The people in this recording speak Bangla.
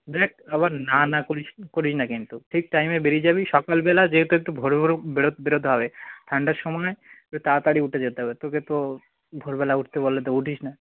দেখ আবার না না করিস করিস না কিন্তু ঠিক টাইমে বেরিয়ে যাবি সকালবেলা যেহেতু একটু ভোর ভোর বেরো বেরোতে হবে ঠান্ডার সময় একটু তাড়াতাড়ি উঠে যেতে হবে তোকে তো ভোরবেলা উঠতে বললে তো উঠিস না